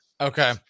Okay